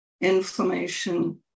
inflammation